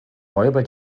räuber